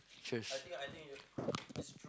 cheers